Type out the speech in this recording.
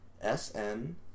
S-N